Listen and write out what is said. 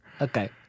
Okay